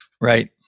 Right